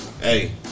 hey